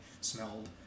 smelled